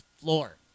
floor